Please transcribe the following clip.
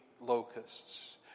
locusts